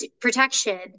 protection